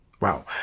Wow